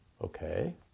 Okay